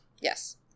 Yes